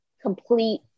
complete